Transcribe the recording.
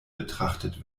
betrachtet